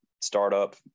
startup